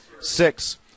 six